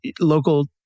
Local